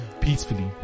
peacefully